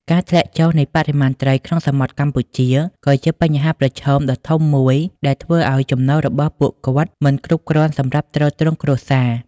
ការធ្លាក់ចុះនៃបរិមាណត្រីក្នុងសមុទ្រកម្ពុជា ក៏ជាបញ្ហាប្រឈមដ៏ធំមួយដែលធ្វើឱ្យចំណូលរបស់ពួកគាត់មិនគ្រប់គ្រាន់សម្រាប់ទ្រទ្រង់គ្រួសារ។